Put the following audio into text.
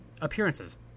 appearances